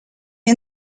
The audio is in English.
and